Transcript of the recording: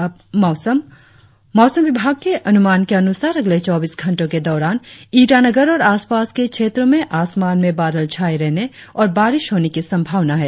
और अब मौसम मौसम विभाग के अनुमान के अनुसार अगले चौबीस घंटो के दौरान ईटानगर और आसपास के क्षेत्रो में आसमान में बादल छाये रहने और बारिश होने की संभावना है